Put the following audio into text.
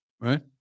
Right